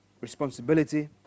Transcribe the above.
responsibility